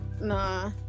nah